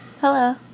Hello